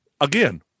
Again